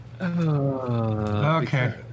Okay